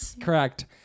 Correct